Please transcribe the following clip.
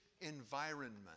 environment